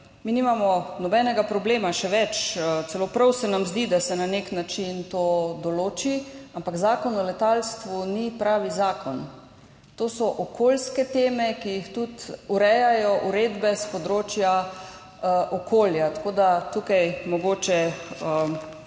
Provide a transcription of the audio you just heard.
Mi nimamo nobenega problema, še več, celo prav se nam zdi, da se na nek način to določi, ampak Zakon o letalstvu ni pravi zakon. To so okoljske teme, ki jih tudi urejajo uredbe s področja okolja. Tukaj prosim